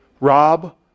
Rob